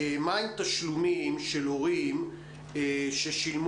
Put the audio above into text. מה עם תשלומים של הורים ששילמו,